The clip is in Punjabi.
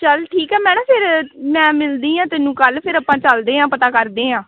ਚਲ ਠੀਕ ਆ ਮੈਂ ਨਾ ਫਿਰ ਮੈਂ ਮਿਲਦੀ ਹਾਂ ਤੈਨੂੰ ਕੱਲ੍ਹ ਫਿਰ ਆਪਾਂ ਚਲਦੇ ਹਾਂ ਪਤਾ ਕਰਦੇ ਹਾਂ